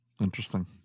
Interesting